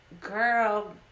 girl